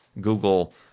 Google